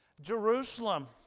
Jerusalem